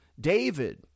David